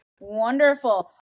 Wonderful